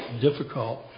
difficult